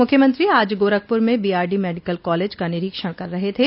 मूख्यमंत्री आज गोरखपूर में बीआरडी मेडिकल कॉलेज का निरीक्षण कर रहे थे